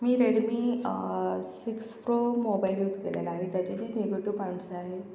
मी Redmi six pro mobile use केलेला आहे त्याचे जे निगेटयू पॉईंट्स आहेत